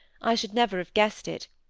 i should never have guessed it,